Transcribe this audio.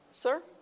Sir